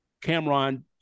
Cameron